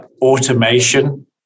Automation